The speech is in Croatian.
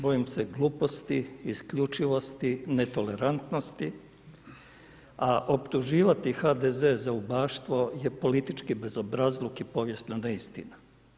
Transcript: Bojimo se gluposti isključivosti, netolerantnosti, a optuživati HDZ za ubaštvo je politički bezobrazlog i povijesna neistina.